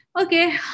Okay